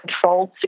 controlled